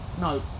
no